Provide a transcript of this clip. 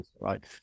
right